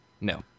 No